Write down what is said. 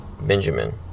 Benjamin